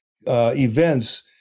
events